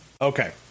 Okay